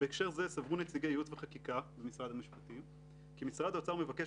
בהקשר זה סברו נציגי ייעוץ וחקיקה במשק המשפטים כי משרד האוצר מבקש